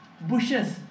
bushes